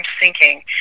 sinking